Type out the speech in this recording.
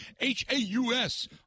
H-A-U-S